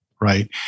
Right